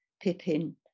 Pippin